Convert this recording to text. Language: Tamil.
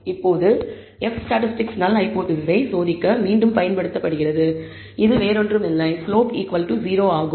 இப்போது F ஸ்டாட்டிஸ்டிக்ஸ் நல் ஹைபோதேசிஸை சோதிக்க மீண்டும் பயன்படுத்தப்படுகிறது இது ஒன்றுமில்லை ஸ்லோப் 0 ஆகும்